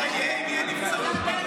הצעת החוק התקבלה ותיכנס לספר החוקים.